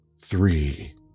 three